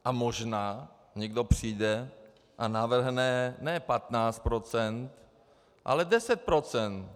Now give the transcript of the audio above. A možná někdo přijde a navrhne ne 15 %, ale 10 %.